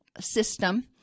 system